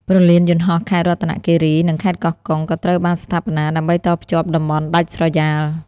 ព្រលានយន្តហោះខេត្តរតនគិរី និងខេត្តកោះកុង ក៏ត្រូវបានស្ថាបនាដើម្បីតភ្ជាប់តំបន់ដាច់ស្រយាល។